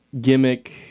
gimmick